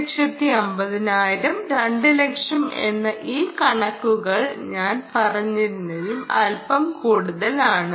100000 150000 200000 എന്ന ഈ കണക്കുകൾ ഞാൻ പറഞ്ഞതിലും അല്പം കൂടുതലാണ്